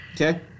Okay